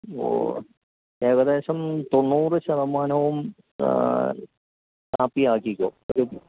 ഓ ഏകദേശം തൊണ്ണൂറു ശതമാനവും കാപ്പിയാക്കിക്കോ